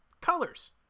Colors